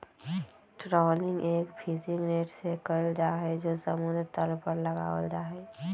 trawling एक fishing net से कइल जाहई जो समुद्र तल पर लगावल जाहई